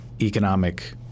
economic